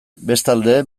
bestalde